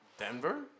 Denver